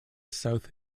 south